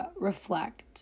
reflect